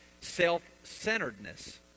self-centeredness